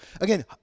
again